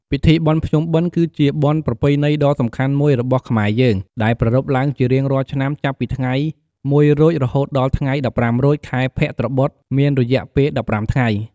ពិធីបុណ្យភ្ជុំបិណ្ឌ គឺជាបុណ្យប្រពៃណីដ៏សំខាន់មួយរបស់ខ្មែរយើង ដែលប្រារព្ធឡើងជារៀងរាល់ឆ្នាំចាប់ពីថ្ងៃ ១រោច រហូតដល់ថ្ងៃ ១៥រោច ខែភទ្របទមានរយៈពេល ១៥ថ្ងៃ។